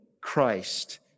Christ